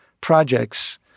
projects